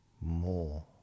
more